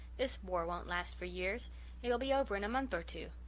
this war won't last for years it'll be over in a month or two.